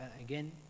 again